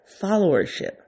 followership